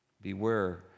Beware